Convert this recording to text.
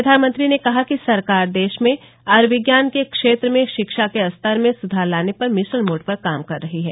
प्रधानमंत्री ने कहा कि सरकार देश में आयुर्विज्ञान के क्षेत्र में शिक्षा के स्तर में सुधार लाने पर मिशन मोड पर काम कर रही है